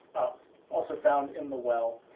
also found in the well.